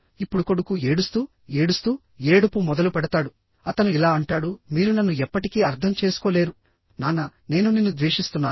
ఇప్పుడు కొడుకు ఏడుస్తూ ఏడుస్తూ ఏడుపు మొదలుపెడతాడు అతను ఇలా అంటాడుః మీరు నన్ను ఎప్పటికీ అర్థం చేసుకోలేరు నాన్న నేను నిన్ను ద్వేషిస్తున్నాను